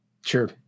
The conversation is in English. Sure